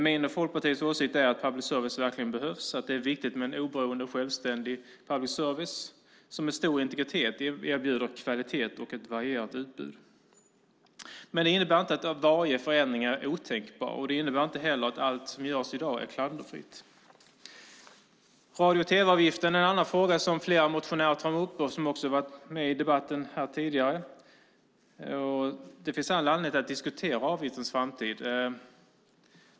Min och Folkpartiets åsikt är att public service-verksamheten verkligen behövs, att det är viktigt med oberoende och självständig public service-verksamhet som med stor integritet erbjuder kvalitet och ett varierat utbud. Det här innebär inte att varje förändring är otänkbar, och det innebär inte heller att allt som görs i dag är klanderfritt. Radio och tv-avgiften är en annan fråga som flera motionärer tar upp och som har tagits upp i debatten tidigare. Det finns all anledning att diskutera avgiftens framtid.